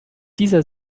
dieser